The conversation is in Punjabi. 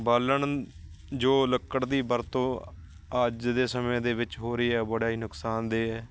ਬਾਲਣ ਜੋ ਲੱਕੜ ਦੀ ਵਰਤੋਂ ਅੱਜ ਦੇ ਸਮੇਂ ਦੇ ਵਿੱਚ ਹੋ ਰਹੀ ਹੈ ਬੜਾ ਹੀ ਨੁਕਸਾਨਦੇਹ ਹੈ